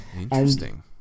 Interesting